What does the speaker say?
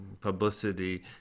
publicity